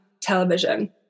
television